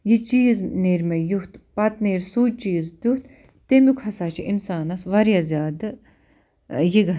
یہِ چیٖز نیرِِ مےٚ یُتھ پَتہٕ نیرِ سُے چیٖز تٮُ۪تھ تَمیُک ہسا چھٕ اِنسانَس واریاہ زیادٕ یہِ